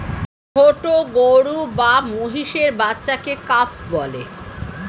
ছোট গরু বা মহিষের বাচ্চাকে কাফ বলে